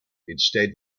instead